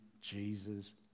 Jesus